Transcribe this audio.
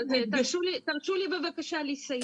תרשו לי בבקשה לסיים.